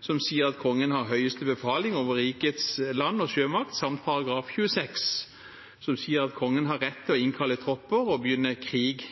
som sier at Kongen har høyeste befaling over rikets land- og sjømakt samt § 26, som sier at Kongen har rett til å innkalle tropper og begynne krig